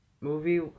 movie